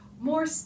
more